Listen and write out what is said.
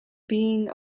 being